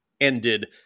ended